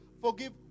forgive